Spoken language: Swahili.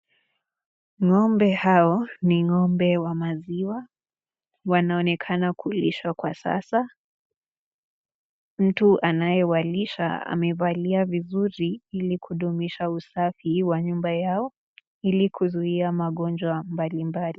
Ng'ombe hao ni ng'ombe wa maziwa. Wanaonekana kulishwa kwa sasa, mtu anayewalisha amevalia vizuri ili kudumisha usafi wa nyumba yao ili kuzuiya magonjwa mbalimbali.